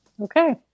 Okay